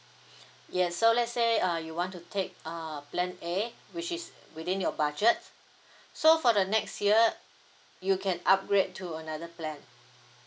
yes so let's say err you want to take err plan A which is within your budget so for the next year you can upgrade to another plan